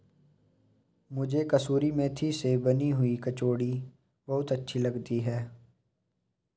मुझे कसूरी मेथी से बनी हुई कचौड़ी बहुत अच्छी लगती है